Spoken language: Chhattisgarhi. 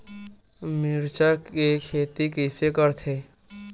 मिरचा के खेती कइसे करथे?